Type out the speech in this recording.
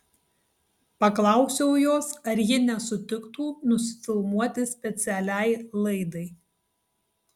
paklausiau jos ar ji nesutiktų nusifilmuoti specialiai laidai